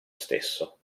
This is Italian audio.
stesso